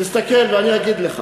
תסתכל, ואני אגיד לך.